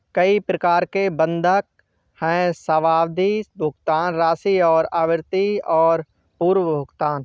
कई प्रकार के बंधक हैं, सावधि, भुगतान राशि और आवृत्ति और पूर्व भुगतान